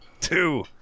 two